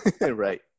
Right